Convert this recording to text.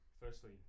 firstly